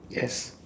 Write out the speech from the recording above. yes